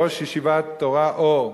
ראש ישיבת "תורה אור".